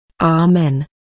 Amen